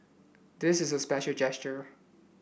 this is a special gesture